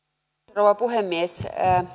rouva puhemies